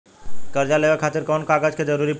कर्जा लेवे खातिर कौन कौन कागज के जरूरी पड़ी?